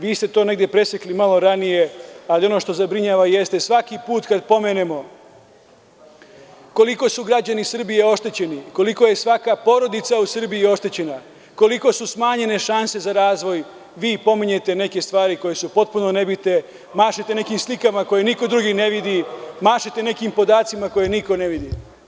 Vi ste to negde presekli malo ranije, ali ono što zabrinjava, svaki put kada pomenemo koliko su građani Srbije oštećeni, koliko je svaka porodica u Srbiji oštećena, koliko su smanjene šanse za razvoj, vi pominjete neke stvari koje su potpuno nebitne, mašete nekim slikama koje niko drugi ne vidi, mašete nekim podacima koje niko ne vidi.